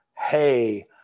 hey